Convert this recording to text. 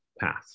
path